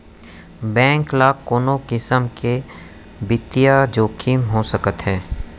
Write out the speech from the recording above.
Bank ल कोन किसम के बित्तीय जोखिम हो सकत हे?